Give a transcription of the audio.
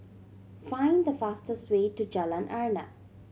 find the fastest way to Jalan Arnap